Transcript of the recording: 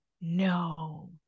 No